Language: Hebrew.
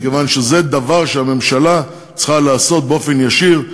מכיוון שזה דבר שהממשלה צריכה לעשות באופן ישיר,